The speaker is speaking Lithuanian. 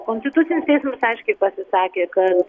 konstitucinis teismas aiškiai pasisakė kad